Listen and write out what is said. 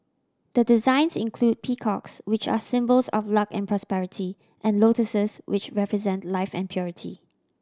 the designs include peacocks which are symbols of luck and prosperity and lotuses which represent life and purity